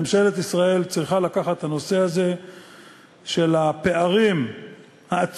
ממשלת ישראל צריכה לקחת את הנושא הזה של הפערים העצומים